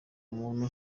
umuntu